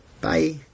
Bye